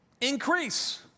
increase